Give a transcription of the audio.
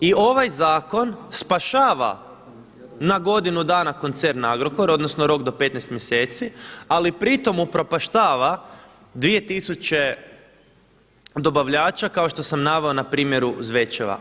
I ovaj zakon spašava na godinu dana koncern Agrokora odnosno rok do 15 mjeseci, ali pri to upropaštava dvije tisuće dobavljača, kao što sam naveo na primjeru Zvečeva.